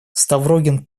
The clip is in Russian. ставрогин